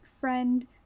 friend